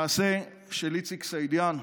המעשה של איציק סעידיאן,